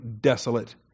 desolate